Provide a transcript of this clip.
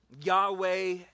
Yahweh